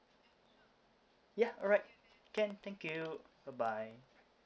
yeah alright can can thank you bye bye